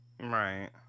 Right